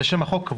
זה שם החוק.